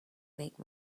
make